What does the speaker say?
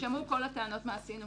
יישמעו כל הטענות מה עשינו,